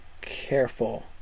careful